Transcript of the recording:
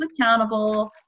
accountable